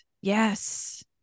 yes